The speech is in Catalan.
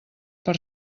per